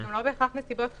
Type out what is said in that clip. זה גם לא בהכרח נסיבות חריגות.